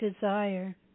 desire